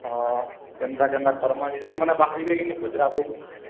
ହଁ କେନ୍ତା କେନ୍ତା କର୍ମା ଯେ ସେମାନେ ବାହାରିବେ କି ନାଇଁ ପଚାରବୋ